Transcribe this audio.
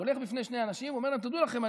הוא הולך בפני אנשים ואומר להם: תדעו לכם,